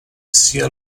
sia